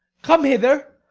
come hither.